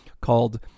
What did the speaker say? called